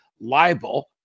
libel